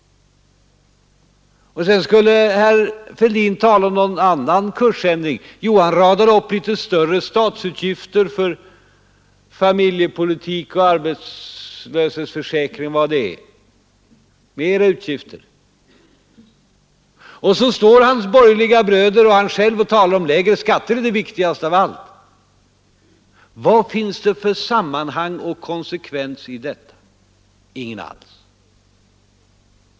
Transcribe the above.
Sedan skulle herr Fälldin tala om en annan kursändring. Då radar han upp litet större statsutgifter för familjepolitik och arbetslöshetsförsäkring och annat. Och s står hans borgerliga bröder och han själv och talar om att lägre skatter är det viktigaste av allt. Vad finns det för sammanhang och konsekvens i detta? Ingen alls!